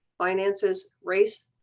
finances, race,